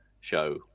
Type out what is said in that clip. show